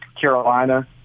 Carolina